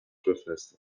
بفرستین